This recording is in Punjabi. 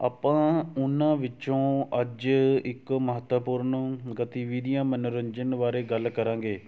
ਆਪਾਂ ਉਹਨਾਂ ਵਿੱਚੋਂ ਅੱਜ ਇੱਕ ਮਹੱਤਵਪੂਰਨ ਗਤੀਵਿਧੀਆਂ ਮਨੋਰੰਜਨ ਬਾਰੇ ਗੱਲ ਕਰਾਂਗੇ